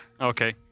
Okay